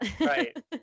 Right